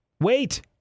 Wait